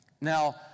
Now